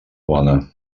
bona